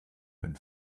and